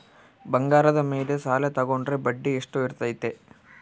ಬಂಗಾರದ ಮೇಲೆ ಸಾಲ ತೋಗೊಂಡ್ರೆ ಬಡ್ಡಿ ಎಷ್ಟು ಇರ್ತೈತೆ?